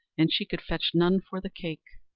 and she could fetch none for the cake,